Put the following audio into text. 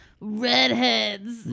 redheads